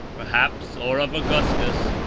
perhaps, or of augustus,